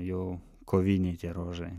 jau koviniai tie ruožai